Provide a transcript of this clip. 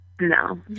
no